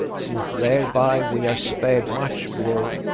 since thereby we are spared much woe.